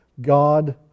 God